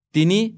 Dini